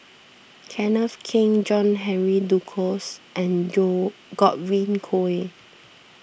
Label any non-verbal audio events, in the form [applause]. Kenneth Keng John Henry Duclos and [unintelligible] Godwin Koay